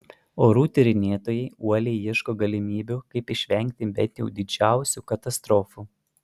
orų tyrinėtojai uoliai ieško galimybių kaip išvengti bent jau didžiausių katastrofų